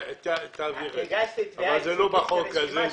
תעביר אליי, אבל זה לא בחוק הזה.